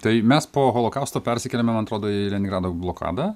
tai mes po holokausto persikėlėme man atrodo į leningrado blokadą